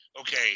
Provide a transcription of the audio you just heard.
Okay